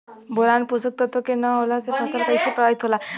Boron पोषक तत्व के न होला से फसल कइसे प्रभावित होला?